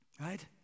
right